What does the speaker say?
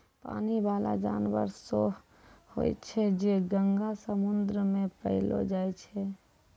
पानी बाला जानवर सोस होय छै जे गंगा, समुन्द्र मे पैलो जाय छै